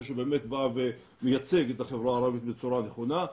שבאמת בא ומייצג את החברה הערבית בצורה נכונה,